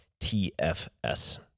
TFS